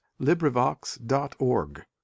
LibriVox.org